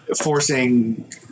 forcing